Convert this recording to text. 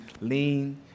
lean